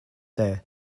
there